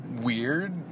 weird